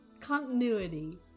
Continuity